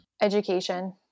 Education